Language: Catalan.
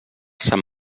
sant